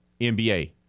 NBA